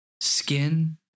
skin